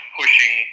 pushing